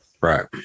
Right